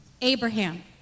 Abraham